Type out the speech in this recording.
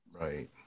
right